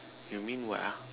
you mean what ah